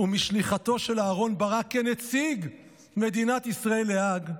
ומשליחתו של אהרן ברק כנציג מדינת ישראל להאג,